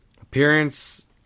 Appearance